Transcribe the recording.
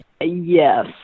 Yes